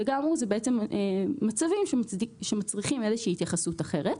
ואלה בעצם מצבים שמצריכים איזושהי התייחסות אחרת.